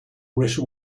wish